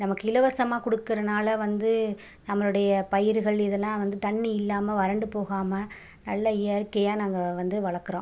நமக்கு இலவசமாக கொடுக்குறனால வந்து நம்மளுடைய பயிர்கள் இதெல்லாம் வந்து தண்ணி இல்லாமல் வறண்டு போகாமல் நல்ல இயற்கையாக நாங்கள் வந்து வளர்க்குறோம்